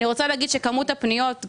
כמות הפניות,